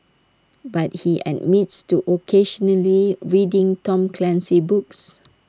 but he admits to occasionally reading Tom Clancy books